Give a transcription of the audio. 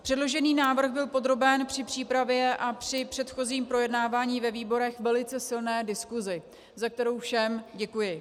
Předložený návrh byl podroben při přípravě a při předchozím projednávání ve výborech velice silné diskusi, za kterou všem děkuji.